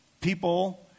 people